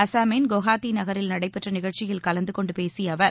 அசாமின் குவஹாத்தி நகரில் நடைபெற்ற நிகழ்ச்சியில் கலந்து கொண்டு பேசிய அவர்